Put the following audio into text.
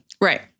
Right